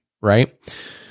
Right